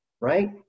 right